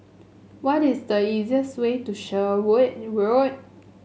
what is the easiest way to Sherwood Road